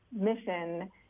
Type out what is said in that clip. mission